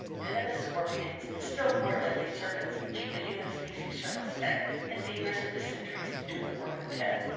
venomous scorpions, and still more deadly serpents, keep the human species circumspect, and fevers and dysenteries do the work of death.